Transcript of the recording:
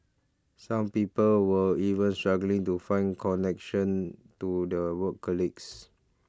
some people were even struggling to find connection to their work colleagues